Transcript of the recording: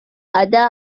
ada